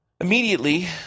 Immediately